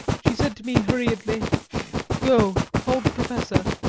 she said to me hurriedly go, call the professor.